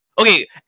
Okay